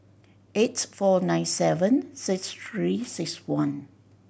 eight four nine seven six Three Six One